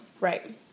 Right